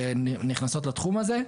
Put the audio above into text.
שנכנסות לתחום הזה,